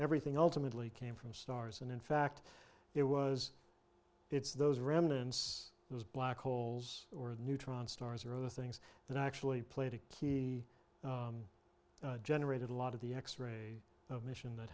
everything ultimately came from stars and in fact it was it's those remnants those black holes or the neutron stars or other things that actually played a key generated a lot of the x ray of mission that